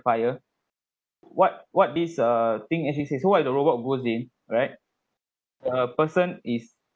fire what what this uh thing as he say so what the robot goes in right the person is